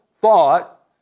thought